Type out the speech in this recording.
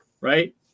right